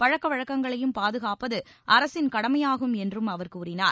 பழக்க வழக்கங்களையும் பாதுகாப்பது அரசின் கடமையாகும் என்றும் அவர் கூறினார்